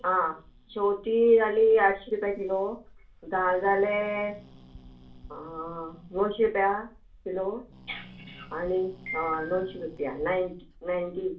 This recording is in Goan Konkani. आ शेवती जाली आठशीं रुपया किलो दाल जाले णवशी रुपया किलो आनी हय णवशी रुपया नाय नायन्टी